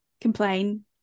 complain